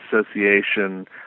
association